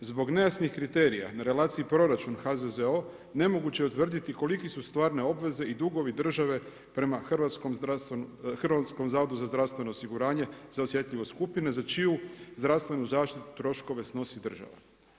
Zbog nejasnih kriterija na relaciji proračun HZZO nemoguće je utvrditi kolike su stvarne obveze i dugovi države prema Hrvatskom zavodu za zdravstveno osiguranje za osjetljive skupine za čiju zdravstvenu zaštitu troškove snosi država.